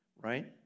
right